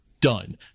Done